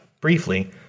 Briefly